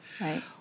Right